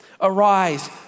Arise